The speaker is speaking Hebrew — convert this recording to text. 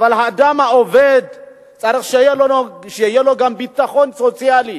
האדם העובד צריך שיהיה לו גם ביטחון סוציאלי